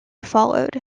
followed